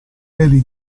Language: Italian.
peli